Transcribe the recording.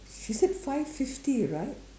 she said five fifty right